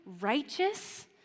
righteous